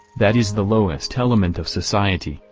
that is the lowest element of society,